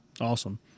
Awesome